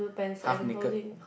half naked